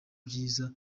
byiza